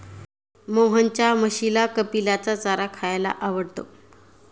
मोहनच्या म्हशीला कपिलाचा चारा खायला आवडतो